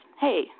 Hey